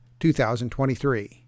2023